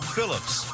Phillips